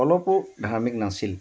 অলপো ধাৰ্মিক নাছিল